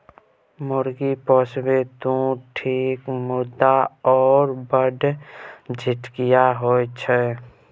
मुर्गी पोसभी तँ ठीक मुदा ओ बढ़ झंझटिया होए छै